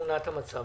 תמונת המצב.